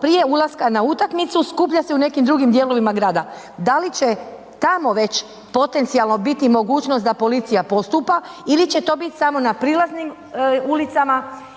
prije ulaska na utakmicu skuplja se u nekim drugim dijelovima grada. Da li će tamo već potencijalno biti mogućnost da policija postupa ili će to biti samo na prilaznim ulicama